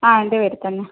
അ എൻ്റെ പേരിൽ തന്നെയാണ്